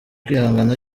kwihangana